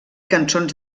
cançons